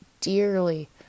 dearly